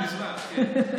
מזמן, כן.